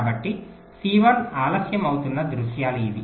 కాబట్టి సి1 ఆలస్యం అవుతున్న దృశ్యాలు ఇవి